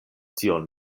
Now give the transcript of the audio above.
tion